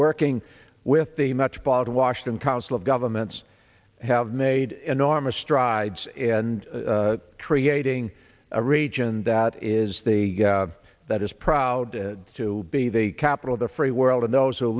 working with the metropolitan washington council of governments have made enormous strides in creating a region that is the that is proud to be the capital of the free world and those who